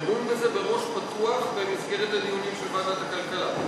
נדון בזה בראש פתוח במסגרת הדיונים של ועדת הכלכלה.